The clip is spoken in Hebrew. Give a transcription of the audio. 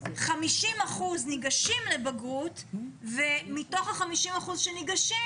50% ניגשים לבגרות ומתוך ה-50% שניגשים